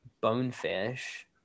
Bonefish